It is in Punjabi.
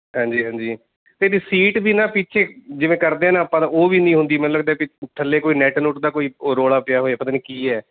ਹਾਂਜੀ ਹਾਂਜੀ ਅਤੇ ਇਹਦੀ ਸੀਟ ਵੀ ਨਾ ਪਿੱਛੇ ਜਿਵੇਂ ਕਰਦੇ ਨਾ ਆਪਾਂ ਤਾਂ ਉਹ ਵੀ ਨਹੀਂ ਹੁੰਦੀ ਮਤਲਬ ਜਿੱਦਾਂ ਕਿ ਥੱਲੇ ਕੋਈ ਨੈੱਟ ਨੁੱਟ ਦਾ ਕੋਈ ਉਹ ਰੌਲਾ ਪਿਆ ਹੋਵੇ ਪਤਾ ਨਹੀਂ ਕੀ ਹੈ